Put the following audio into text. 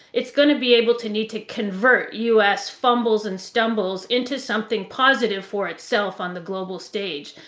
it's going to be able to need to convert u. s. fumbles and stumbles into something positive for itself on the global stage.